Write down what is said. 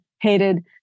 hated